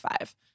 five